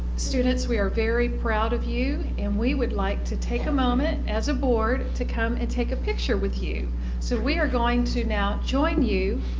students we are very proud of you. and we would like to take a moment, as a board, to come and take a picture with you so we are going to now join you